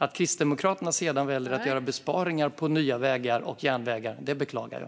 Att Kristdemokraterna väljer att göra besparingar på nya vägar och järnvägar beklagar jag.